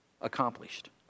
accomplished